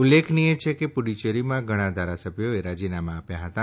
ઉલ્લેખનીય છે કે પુડુચેરીમાં ઘણાં ઘારાસભ્યોએ રાજીનામા આપ્યા હતાં